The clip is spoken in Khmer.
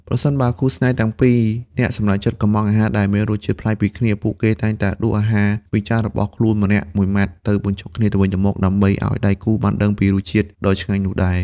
ប្រសិនបើគូស្នេហ៍ទាំងពីរនាក់សម្រេចចិត្តកុម្ម៉ង់អាហារដែលមានរសជាតិប្លែកពីគ្នា ពួកគេតែងតែដួសអាហារពីចានរបស់ខ្លួនម្នាក់មួយម៉ាត់ទៅបញ្ចុកគ្នាទៅវិញទៅមក ដើម្បីឱ្យដៃគូបានដឹងពីរសជាតិដ៏ឆ្ងាញ់នោះដែរ។